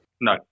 No